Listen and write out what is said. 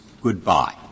goodbye